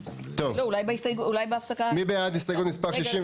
מי בעד הסתייגות מספר 61?